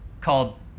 called